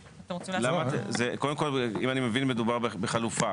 קודם כל, אם אני מבין, מדובר בחלופה.